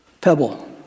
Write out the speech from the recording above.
pebble